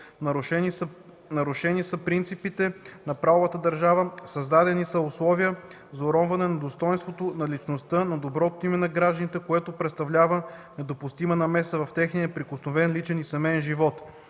Нарушени се принципите на правовата държава, създадени се условия за уронване на достойнството на личността, на доброто име на гражданите, което представлява недопустима намеса в техния неприкосновен личен и семеен живот.